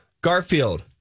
Garfield